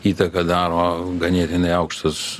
įtaką daro ganėtinai aukštos